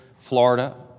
Florida